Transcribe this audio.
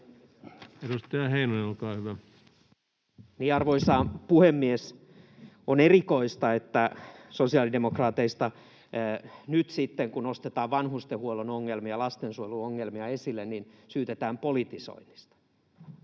17:19 Content: Arvoisa puhemies! On erikoista, että sosiaalidemokraateista nyt sitten, kun nostetaan vanhustenhuollon ongelmia ja lastensuojelun ongelmia esille, syytetään politisoinnista.